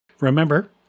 Remember